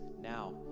now